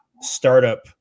startup